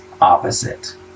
opposite